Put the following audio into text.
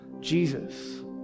Jesus